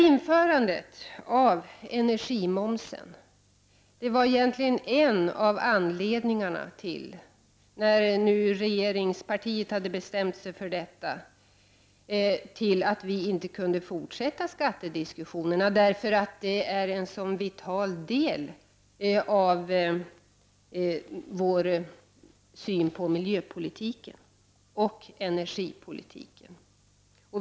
Införandet av energimomsen var en av anledningarna till — när nu regeringspartiet hade bestämt sig — till att vi inte kunde fortsätta skattediskussionerna. Det är en vital del av vår syn på miljöpolitiken och energipolitiken.